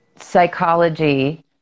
psychology